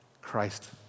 Christ